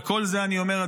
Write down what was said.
וכל זה אני אומר,